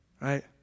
right